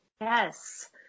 Yes